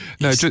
no